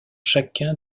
chacun